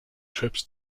trips